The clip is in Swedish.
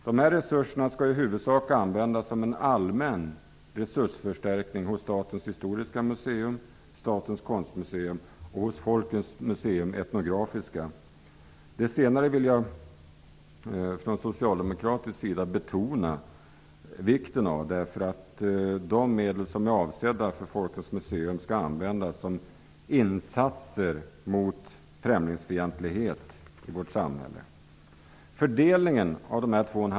De här resurserna skall i huvudsak användas som en allmän resursförstärkning hos Statens historiska museer, etnografiska. Det senare vill jag från socialdemokratisk sida betona vikten av, därför att de medel som är avsedda för Folkens museum skall användas som insatser mot främlingsfientlighet i vårt samhälle.